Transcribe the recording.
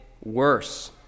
worse